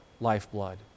lifeblood